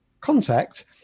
contact